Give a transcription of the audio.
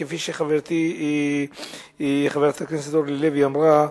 כפי שחברתי חברת הכנסת אורלי לוי אמרה,